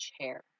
chair